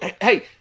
Hey